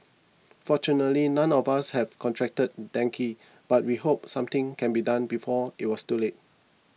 fortunately none of us have contracted dengue but we hope something can be done before it was too late